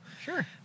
sure